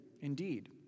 indeed